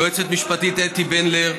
ליועצת המשפטית אתי בנדלר,